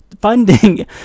funding